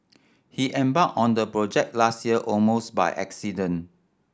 he embarked on the project last year almost by accident